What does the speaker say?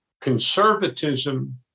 conservatism